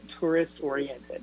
tourist-oriented